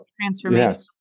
transformation